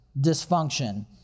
dysfunction